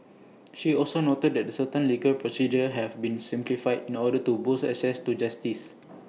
she also noted that certain legal procedures have been simplified in order to boost access to justice